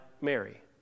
Mary